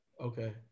Okay